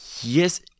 yes